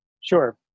Sure